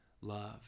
love